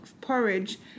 Porridge